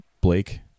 Blake